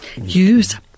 Use